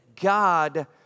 God